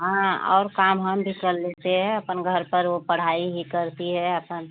हाँ और काम हम भी कर लेते है अपन घर पर वो पढ़ाई ही करती है अपन